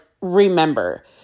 remember